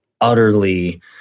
utterly